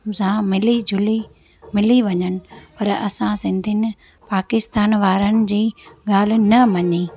जां मिली जुली मिली वञिनि पर असां सिंधियुनि पाकिस्तान वारनि जी ॻाल्हि न मञीं